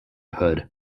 hood